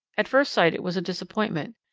at first sight it was a disappointment.